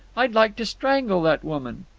i'd like to strangle that woman.